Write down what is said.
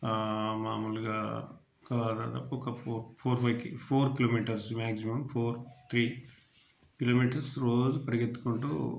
మాములుగా ఒక రె ఒక ఫోర్ ఫోర్ వేకి four kilometres maximum four three kilometres రోజు పరుగెత్తుకుంటూ